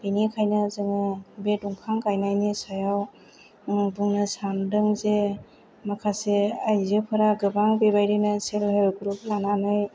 बेनिखायनो जोङो बे दंफां गायनायनि सायाव बुंनो सानदों जे माखासे आइजोफोरा गोबां बेबायदिनो सेल्प हेल्प ग्रुप लानानै